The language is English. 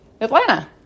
atlanta